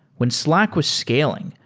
when slack was scaling,